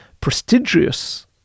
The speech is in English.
prestigious